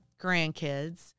grandkids